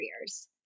careers